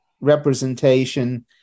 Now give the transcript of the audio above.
representation